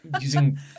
using